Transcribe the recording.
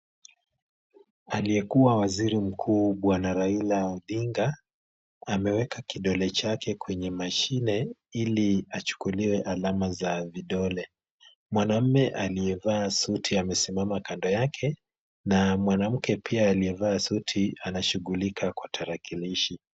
Aliye kuwa waziri mkuu bwana Raila odinga ameweka kidole chake kwenye mashine iliachukuliwe alama za vidole . Mwanaume aliyevaa suti amesimama kando yake na mwanamke pia aliyevaa suti anashughulika kwa tarakilishi.